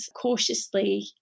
cautiously